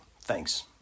Thanks